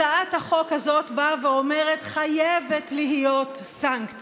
הצעת החוק הזו באה ואומרת שחייבת להיות סנקציה.